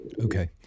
Okay